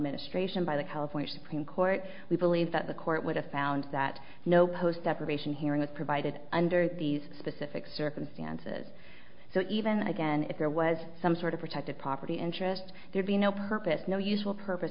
administration by the california supreme court we believe that the court would have found that no post separation hearing was provided under these specific circumstances so even again if there was some sort of protective property interest there'd be no purpose no useful purpose